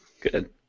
Good